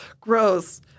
gross